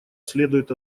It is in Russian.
следует